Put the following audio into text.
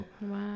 Wow